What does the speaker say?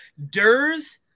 Durs